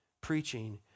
Preaching